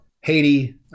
Haiti